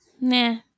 nah